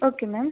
okay ma'am